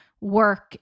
work